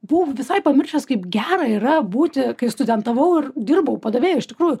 buvau visai pamiršęs kaip gera yra būti kai studentavau ir dirbau padavėju iš tikrųjų